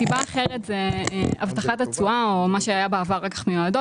סיבה אחרת זו הבטחת התשואה או מה שהיה בעבר מיועדות.